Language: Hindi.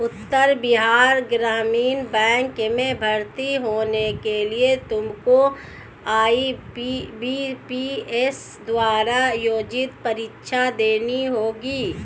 उत्तर बिहार ग्रामीण बैंक में भर्ती होने के लिए तुमको आई.बी.पी.एस द्वारा आयोजित परीक्षा देनी होगी